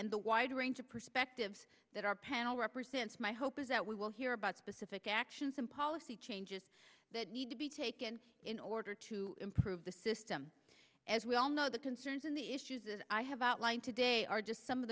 and the wide range of perspectives that our panel represents my hope is that we will hear about specific actions and policy changes that need to be taken in order to improve the system as we all know the concerns and the issues that i have outlined today are just some of